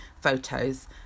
photos